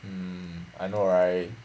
mm I know right